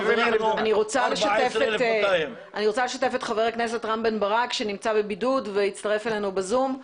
אני רוצה לשתף את חבר הכנסת רם בן ברק שנמצא בבידוד והצטרף אלינו ב-זום.